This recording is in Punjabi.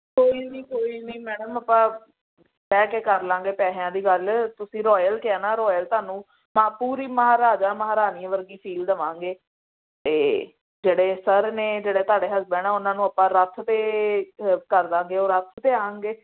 ਕੋਈ ਨਹੀਂ ਕੋਈ ਨਹੀਂ ਮੈਡਮ ਆਪਾਂ ਬਹਿ ਕੇ ਕਰ ਲਾਂਗੇ ਪੈਸਿਆਂ ਦੀ ਗੱਲ ਤੁਸੀਂ ਰੋਇਲ ਕਿਹਾ ਨਾ ਰੋਇਲ ਤੁਹਾਨੂੰ ਤਾਂ ਪੂਰੀ ਮਹਾਰਾਜਾ ਮਹਾਰਾਣੀ ਵਰਗੀ ਫੀਲ ਦੇਵਾਂਗੇ ਅਤੇ ਜਿਹੜੇ ਸਰ ਨੇ ਜਿਹੜਾ ਤੁਹਾਡੇ ਹਸਬੈਂਡ ਉਹਨਾਂ ਨੂੰ ਆਪਾਂ ਰੱਥ 'ਤੇ ਹ ਕਰ ਲਾਂਗੇ ਉਹ ਰੱਥ 'ਤੇ ਆਉਣਗੇ